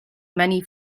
many